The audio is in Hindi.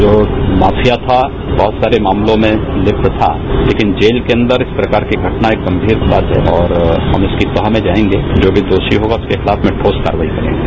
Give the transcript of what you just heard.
वो माफिया था बहुत सारे मामलों में लिप्ता था लेकिन जेल के अंदर इस प्रकार की गंभीर बात है और हम इसकी तह में जाएंगे जो भी दोषी होगा उसके खिलाफ ठोस कार्यवाही करेंगे